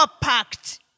packed